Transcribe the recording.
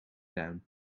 down